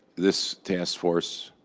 this task force.